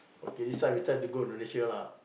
okay this time we try to go Indonesia lah